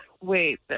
Wait